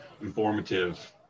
informative